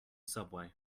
subway